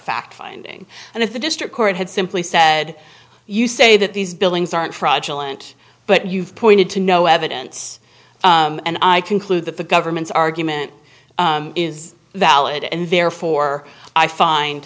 fact finding and if the district court had simply said you say that these buildings aren't fraudulent but you've pointed to no evidence and i conclude that the government's argument is valid and therefore i find